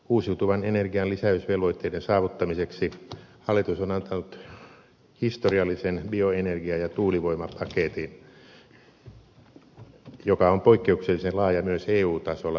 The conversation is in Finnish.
uusiutuvan energian lisäysvelvoitteiden saavuttamiseksi hallitus on antanut historiallisen bioenergia ja tuulivoimapaketin joka on poikkeuksellisen laaja myös eu tasolla mitattuna